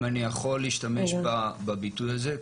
אם אני יכול להשתמש בביטוי הזה,